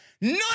None